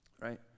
right